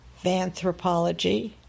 Vanthropology